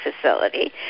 facility